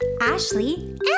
Ashley